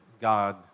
God